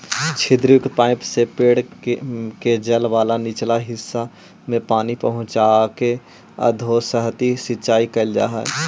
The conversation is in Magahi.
छिद्रयुक्त पाइप से पेड़ के जड़ वाला निचला हिस्सा में पानी पहुँचाके अधोसतही सिंचाई कैल जा हइ